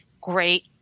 great